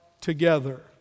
together